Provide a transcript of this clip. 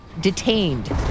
detained